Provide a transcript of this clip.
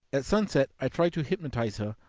at sunset i try to hypnotise her,